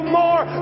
more